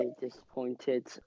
disappointed